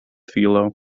filo